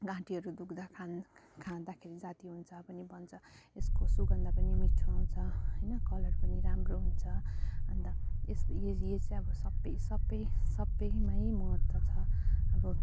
घाँटीहरू दुख्दा खा खाँदाखेरि जाती हुन्छ पनि भन्छ यसको सुगन्ध पनि मिठो आउँछ होइन कलर पनि राम्रो हुन्छ अन्त यस यो यो चाहिँ अब सबै सबै सबैमै महत्त्व छ अब